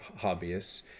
hobbyists